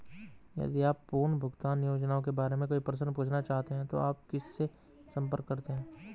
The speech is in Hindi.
यदि आप पुनर्भुगतान योजनाओं के बारे में कोई प्रश्न पूछना चाहते हैं तो आप किससे संपर्क करते हैं?